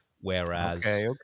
Whereas